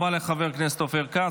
תודה רבה לחבר הכנסת אופיר כץ.